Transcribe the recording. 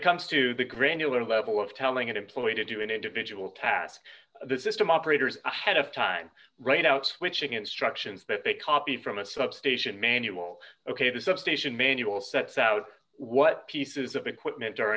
it comes to the granular level of telling an employee to do an individual task the system operators ahead of time write outs witching instructions that they copy from a substation manual ok the substation manual sets out what pieces of equipment